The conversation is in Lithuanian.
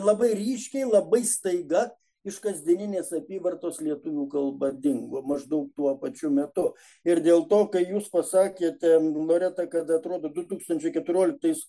labai ryškiai labai staiga iš kasdieninės apyvartos lietuvių kalba dingo maždaug tuo pačiu metu ir dėl to kai jūs pasakėte loreta kada atrodo du tūkstančiai keturioliktais